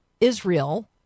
Israel